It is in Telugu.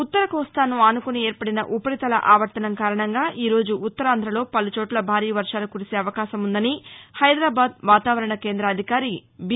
ఉత్తర కోస్తాను ఆనుకొని ఏర్పడిన ఉపరితల ఆవర్తనం కారణంగా ఈరోజు ఉత్తరాంధలో పలుచోట్ల భారీ వర్వాలు కురిసే అవకాశం ఉందని హైదరాబాద్ వాతావరణ కేంద్ర అధికారి బీ